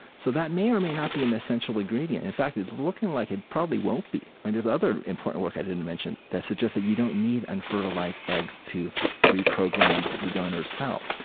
so that may or may not be an essential ingredient, in fact it's looking like it probably won't be. and there's other important work i didn't mention that suggests that you don't need unfertilised eggs to reprogram the donor cell.